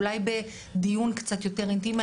אולי בדיון קצת יותר אינטימי,